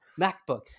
MacBook